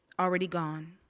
already gone.